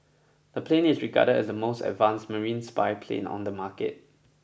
the plane is regarded as the most advanced marine spy plane on the market